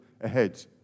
ahead